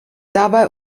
dabei